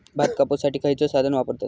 भात कापुसाठी खैयचो साधन वापरतत?